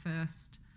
first